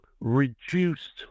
reduced